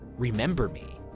remember me,